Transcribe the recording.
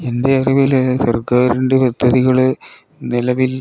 എൻ്റെ അറിവിൽ സർക്കാരിൻ്റെ പദ്ധതികൾ നിലവിൽ